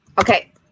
Okay